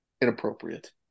Inappropriate